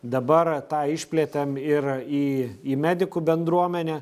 dabar tą išplėtėm ir į į medikų bendruomenę